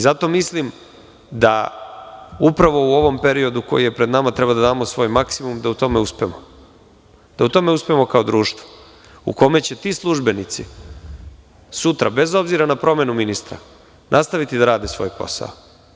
Zato mislim da upravo u ovom periodu koji je pred nama treba da damo svoj maksimum da u tome uspemo, da uspemo kao društvo u kome će ti službenici sutra bez obzira na promenu ministra nastaviti da rade svoj posao.